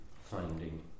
finding